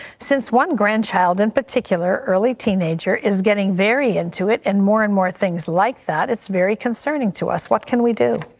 since one grandchild in particular early teenager is getting very into it and more and more things like that, it's very concerning to us. what can we do?